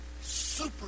Super